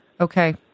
Okay